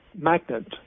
magnet